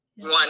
One